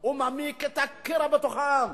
הוא מעמיק את הקרע בעם.